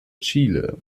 chile